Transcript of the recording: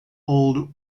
old